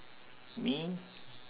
me